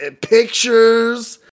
pictures